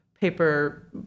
paper